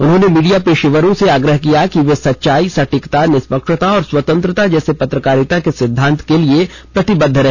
उन्होंने मीडिया पेशेवरों से आग्रह किया कि वे सच्चाई सटीकता निष्पक्षता और स्वतंत्रता जैसे पत्रकारिता के सिद्धांतों के लिए प्रतिबद्ध रहे